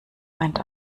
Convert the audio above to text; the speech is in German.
meint